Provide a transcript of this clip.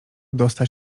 dostać